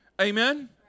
Amen